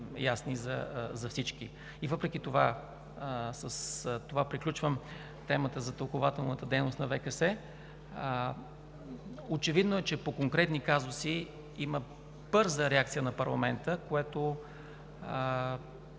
че са ясни за всички. Въпреки това – и с това приключвам темата за тълкувателната дейност на ВКС, е очевидно, че по конкретни казуси има бърза реакция на парламента, което